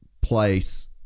place